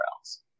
else